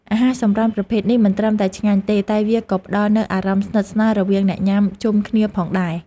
អាហារសម្រន់ប្រភេទនេះមិនត្រឹមតែឆ្ងាញ់ទេតែវាក៏ផ្តល់នូវអារម្មណ៍ស្និទ្ធស្នាលរវាងអ្នកញ៉ាំជុំគ្នាផងដែរ។